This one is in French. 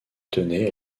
tenait